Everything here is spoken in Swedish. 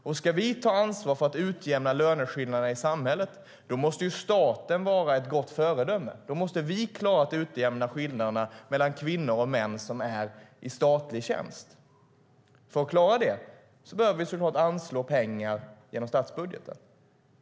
Om vi ska ta ansvar för att utjämna löneskillnaderna i samhället måste staten vara ett gott föredöme. Då måste vi klara att utjämna skillnaderna mellan kvinnor och män som är i statlig tjänst. För att klara det behöver vi anslå pengar genom statsbudgeten.